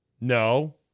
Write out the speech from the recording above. No